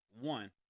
One